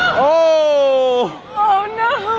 ohhhh ohh no